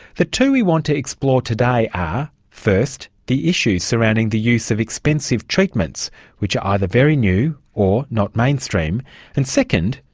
the two we want to explore today are first, the issues surrounding the use of expensive treatments which are either very new, or not mainstream and second,